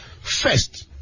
first